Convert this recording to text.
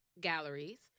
galleries